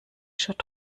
shirt